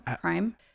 crime